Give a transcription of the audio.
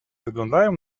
wyglądają